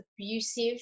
abusive